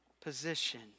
position